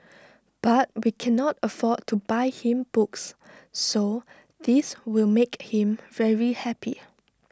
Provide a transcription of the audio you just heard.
but we cannot afford to buy him books so this will make him very happy